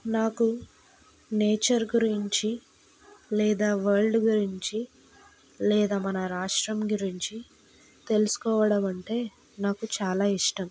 నాకు నేచర్ గురించి లేదా వరల్డ్ గురించి లేదా మన రాష్ట్రం గురించి తెలుసుకోవడం అంటే నాకు చాలా ఇష్టం